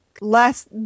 Last